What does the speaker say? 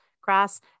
grass